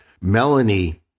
Melanie